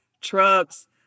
trucks